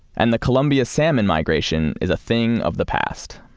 and the columbia salmon migration is a thing of the past.